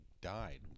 died